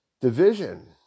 Division